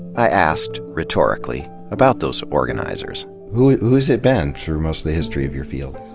i asked, rhetorically, about those organizers. who has it been, through most of the history of your field?